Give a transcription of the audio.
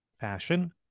fashion